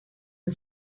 and